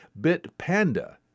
BitPanda